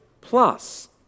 plus